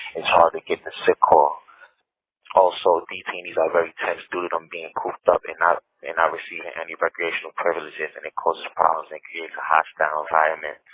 it's hard to get the score. also, detainees are very good on being caught up in up in not receiving any recreational privileges, and it causes problems and creates a hostile environment.